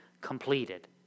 completed